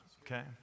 Okay